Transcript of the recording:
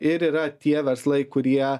ir yra tie verslai kurie